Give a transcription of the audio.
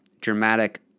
dramatic